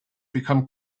become